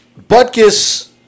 Butkus